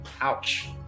Ouch